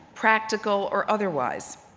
practical or otherwise?